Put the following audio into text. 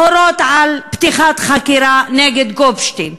להורות על פתיחת חקירה נגד גופשטיין,